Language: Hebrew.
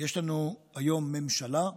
יש לנו היום ממשלה.